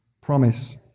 promise